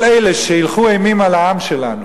כל אלה שהילכו אימים על העם שלנו,